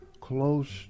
close